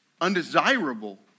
undesirable